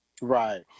Right